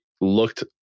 looked